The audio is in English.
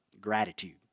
gratitude